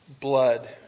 blood